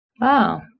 Wow